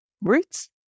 roots